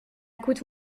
coûte